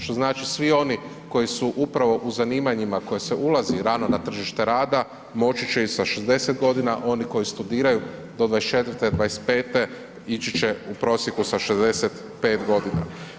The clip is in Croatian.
Što znači svi oni koji su upravo u zanimanjima u koje se ulazi rano na tržište rada moći će i sa 60 godina, oni koji studiraju do 24, 25 ići će u prosjeku sa 65 godina.